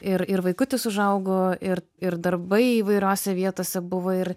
ir ir vaikutis užaugo ir ir darbai įvairiose vietose buvo ir